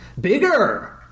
Bigger